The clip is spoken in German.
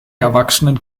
erwachsenen